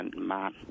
man